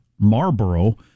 Marlboro